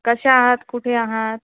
कशा आहात कुठे आहात